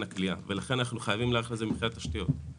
הכליאה ולכן אנחנו חייבים להיערך לזה מבחינת תשתיות.